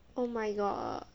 oh my god